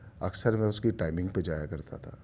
اکثر میں اس کی ٹائمنگ پہ جایا کرتا تھا